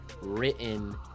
written